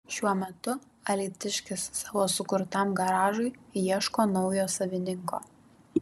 šiuo metu alytiškis savo sukurtam garažui ieško naujo savininko